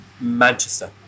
Manchester